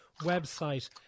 website